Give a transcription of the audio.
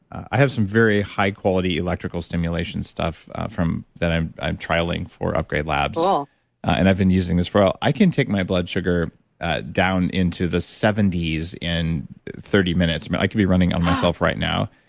i have some very high quality electrical stimulation stuff from that i'm i'm trialing for upgrade labs so and i've been using this for. ah i can take my blood sugar down into the seventy s in thirty minutes i mean, i could be running on myself right now,